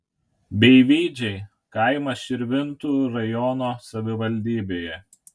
beivydžiai kaimas širvintų rajono savivaldybėje